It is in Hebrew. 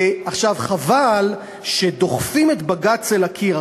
עכשיו, חבל שדוחפים את בג"ץ אל הקיר.